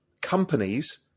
companies